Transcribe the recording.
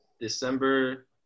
December